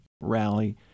rally